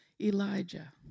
Elijah